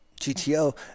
GTO